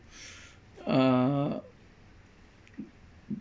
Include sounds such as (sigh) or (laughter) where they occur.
(breath) uh